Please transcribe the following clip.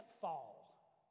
fall